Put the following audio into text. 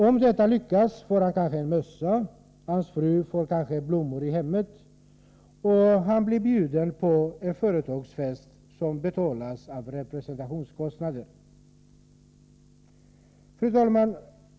Om detta lyckas får han kanske en mössa, hans fru får kanske blommor i hemmet, och han blir bjuden på en företagsfest som betalas med representationspengar. Fru talman!